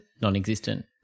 non-existent